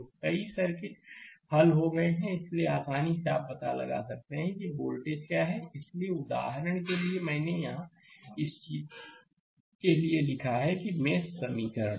तो कई सर्किट हल हो गए हैं और इसलिए आसानी से आप यह पता लगा सकते हैं कि वोल्टेज क्या है इसलिए उदाहरण के लिए यहां मैंने इस चीज के लिए लिखा है कि मेष समीकरण